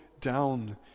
down